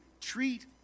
treat